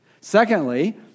Secondly